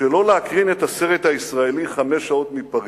שלא להקרין את הסרט הישראלי "חמש שעות מפריס".